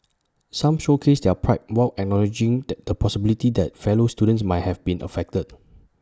some showcased their pride while acknowledging the the possibility that fellow students might have been affected